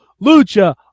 lucha